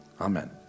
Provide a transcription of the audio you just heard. Amen